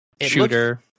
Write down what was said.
shooter